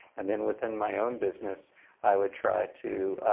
and then within my own business i would try to,